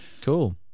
Cool